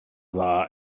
dda